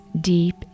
deep